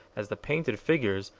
as the painted figures,